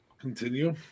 Continue